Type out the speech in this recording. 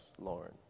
Lauren